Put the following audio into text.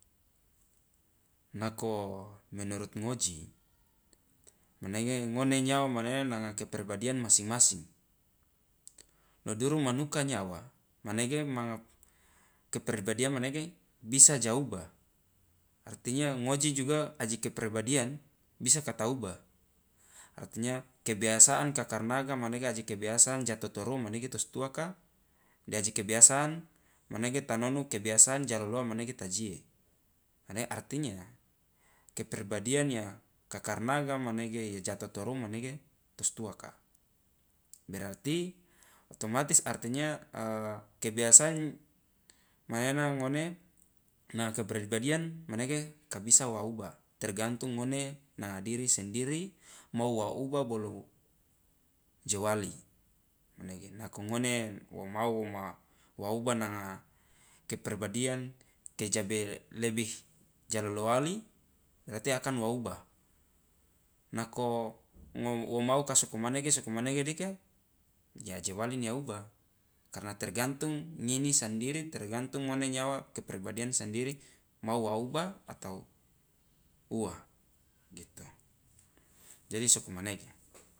Nako menurut ngoji manege ngone nyawa mane nanga kepribadian masinng masing lo duru manuka nyawa manege ma keperbadian manege bisa ja ubah, artinya ngoji juga aji kepribadian bisa ka ta ubah artinya kebiasaan kakarnaga manege aji kebiasaan ja totorou manege to si tuaka de aji kebiasaan manege ta nonu kebiasaan ja loloa manege ta jie, mane artinya kepribadian yang kakarnaga manege ja totorou manege to si tuaka berarti otomatis artinya kebiasaan manena ngone na kepribadian manege ka bisa wa ubah tergantung ngone nanga diri sendiri mau wa ubah bolo jo wali manege nako ngone wo mau ma wa ubah nanga kepribadian keja lebih ja loloali berarti akan wa ubah, nako ngo wo mau ka soko manege soko manege dika je aje wali na ubah karena tergantung ngini sandiri tergantung ngone nyawa kepribadian sandiri mau wa ubah atau ua gitu, jadi soko manege.